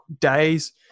days